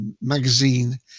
magazine